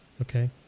Okay